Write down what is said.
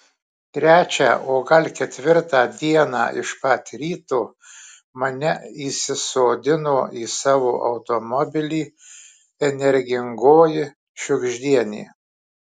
trečią o gal ketvirtą dieną iš pat ryto mane įsisodino į savo automobilį energingoji žiugždienė